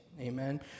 Amen